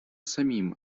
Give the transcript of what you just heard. самим